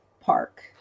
park